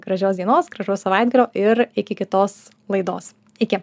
gražios dienos gražaus savaitgalio ir iki kitos laidos iki